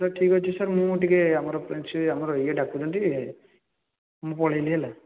sir ଠିକ୍ ଅଛି sir ମୁଁ ଟିକିଏ ଆମର ଫ୍ରେଣ୍ଡ ସିଏ ଆମର ଇଏ ଡ଼ାକୁଛନ୍ତି ମୁଁ ପଳେଇଲି ହେଲା